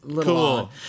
Cool